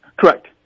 Correct